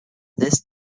this